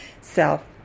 self